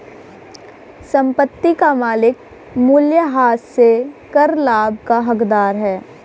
संपत्ति का मालिक मूल्यह्रास से कर लाभ का हकदार है